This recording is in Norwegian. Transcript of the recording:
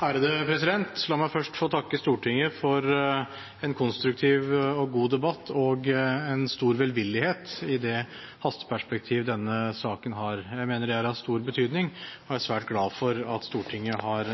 La meg først få takke Stortinget for en konstruktiv og god debatt og en stor velvillighet i det hasteperspektiv denne saken har. Jeg mener det er av stor betydning, og jeg er svært glad for at Stortinget har